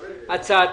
התש"ף-2020,